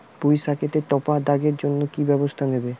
পুই শাকেতে টপা দাগের জন্য কি ব্যবস্থা নেব?